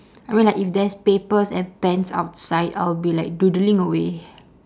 I mean like if there's papers and pens outside I'll be like doodling away